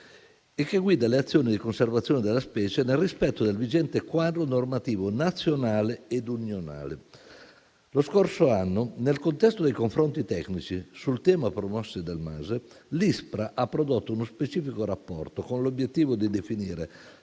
che guida le azioni di conservazione della specie nel rispetto del vigente quadro normativo nazionale e unionale. Lo scorso anno, nel contesto dei confronti tecnici sul tema promossi dal MASE, l'ISPRA ha prodotto uno specifico rapporto con l'obiettivo di definire